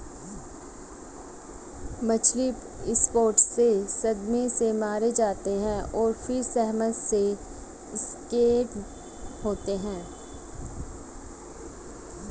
मछली विस्फोट से सदमे से मारे जाते हैं और फिर सतह से स्किम्ड होते हैं